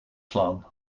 slaan